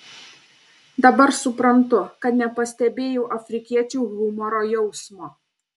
dabar suprantu kad nepastebėjau afrikiečių humoro jausmo